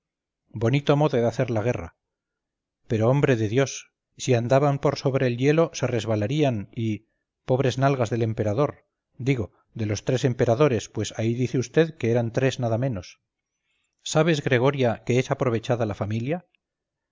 bonito modo de hacer la guerra pero hombre de dios si andaban por sobre el hielo se resbalarían y pobres nalgas del emperador digo de los tres emperadores pues ahí dice vd que eran tres nada menos sabes gregoria que es aprovechada la familia